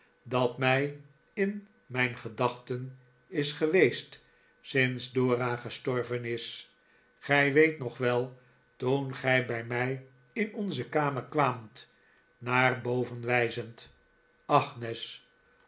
dat mij in mijn gedachten is geweest sinds dora gestorven is gij weet nog wel toen gij bij mij in onze kamer kwaamt naar boven wijzend agnes